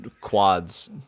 quads